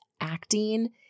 acting